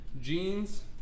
jeans